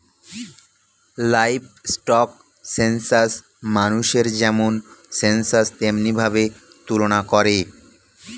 livestock census মানুষের যেমন census তেমনি ভাবে তুলনা করে